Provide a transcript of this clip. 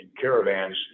caravans